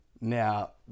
Now